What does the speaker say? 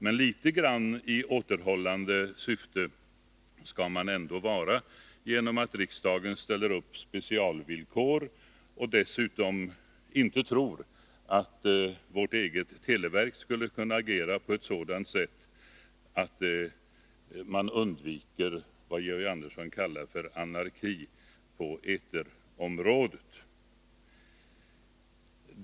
Men litet grand i återhållande syfte skall man ändå agera genom att riksdagen ställer upp specialvillkor och dessutom inte tror att vårt eget televerk skulle kunna agera på ett sådant sätt att man undviker vad Georg Andersson kallar för anarki på eterområdet.